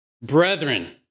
Brethren